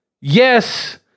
yes